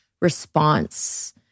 response